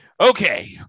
okay